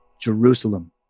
Jerusalem